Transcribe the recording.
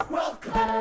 welcome